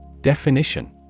Definition